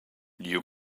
you